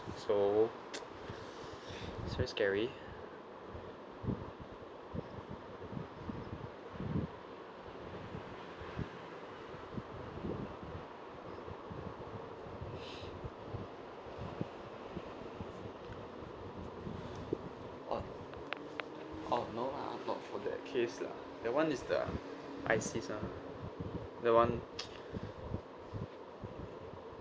so it's very scary what oh no lah not for that case lah that [one] is the isis lah that [one]